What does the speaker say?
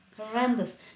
Horrendous